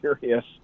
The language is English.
serious